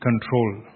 control